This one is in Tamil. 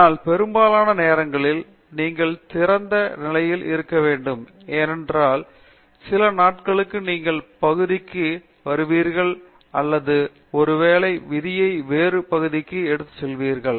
ஆனால் பெரும்பாலான நேரங்களில் நீங்கள் திறந்த நிலையில் இருக்க வேண்டும் ஏனென்றால் சில நாட்களுக்குள் நீங்கள் பகுதிக்கு வருவீர்கள் அல்லது ஒருவேளை விதியை வேறு பகுதிக்கு எடுத்துச் செல்வார்கள்